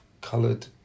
coloured